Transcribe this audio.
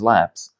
Labs